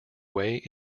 way